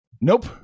Nope